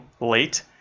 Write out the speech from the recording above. late